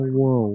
whoa